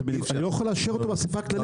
אני לא יכול לאשר אותו באספה הכללית,